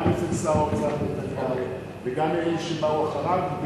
גם אצל שר האוצר נתניהו וגם אצל אלה שבאו אחריו,